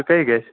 سُہ کٔے گَژھِ